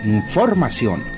Información